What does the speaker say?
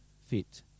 fit